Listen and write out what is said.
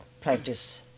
practice